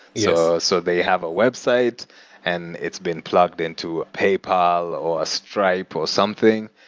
yeah so they have a website and it's been plugged into paypal, or stripe, or something,